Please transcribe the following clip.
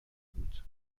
بود